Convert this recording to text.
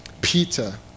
Peter